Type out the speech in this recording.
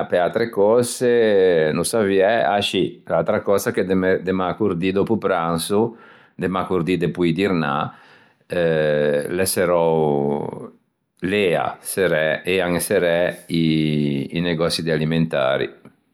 a pe atre cöse no saviæ, ah scì, l'atra cösa che de mäcordì dòppo pranso, de mäcordì depoidirnâ eh l'é serrou, l'ea serræ, ean serræ i negoçi de alimentari.